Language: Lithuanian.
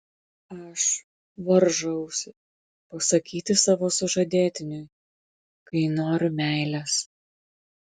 aš varžausi pasakyti savo sužadėtiniui kai noriu meilės